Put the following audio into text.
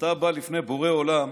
כשאתה בא לפני בורא עולם,